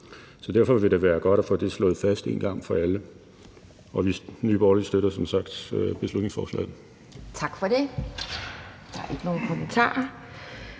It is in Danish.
Så derfor vil det være godt at få det slået fast en gang for alle. Og Nye Borgerlige støtter som sagt beslutningsforslaget.